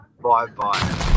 Bye-bye